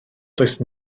does